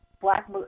Black